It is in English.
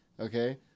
okay